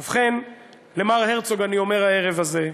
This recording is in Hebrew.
ובכן, למר הרצוג אני אומר הערב הזה: